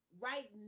right